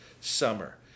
summer